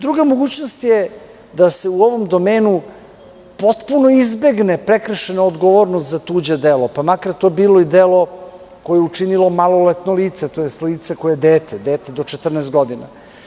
Druga mogućnost je da se u ovom domenu potpuno izbegne prekršajna odgovornost za tuđe delo, pa makar to bilo i delo koje je učinilo maloletno lice, tj. lice koje je dete, dete do 14 godina.